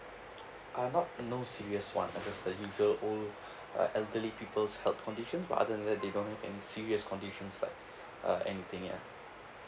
uh not no serious [one] just a little old uh elderly people's health condition but other than that they don't have any serious conditions like uh anything ya